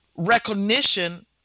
Recognition